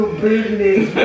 business